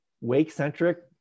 Wake-centric